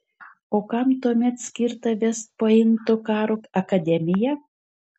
o kam tuomet skirta vest pointo karo akademija